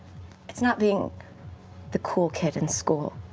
it's not being the cool kid in school,